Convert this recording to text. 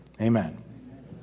amen